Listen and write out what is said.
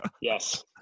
Yes